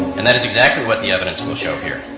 and that's exactly what the evidence will show here.